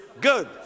good